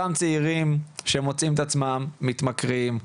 אותם צעירים שמוצאים את עצמם מתמכרים,